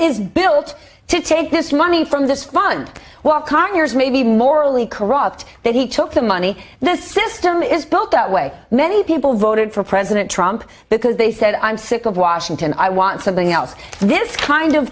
is built to take this money from this fund while conyers may be morally corrupt that he took the money and the system is built that way many people voted for president trump because they said i'm sick of washington i want something else this kind of